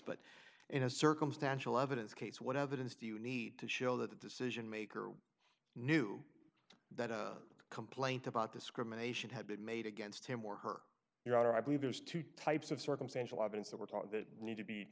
but in a circumstantial evidence case what evidence do you need to show that the decision maker knew that a complaint about discrimination had been made against him or her your honor i believe there's two types of circumstantial evidence that we're taught that need to